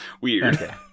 Weird